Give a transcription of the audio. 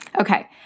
Okay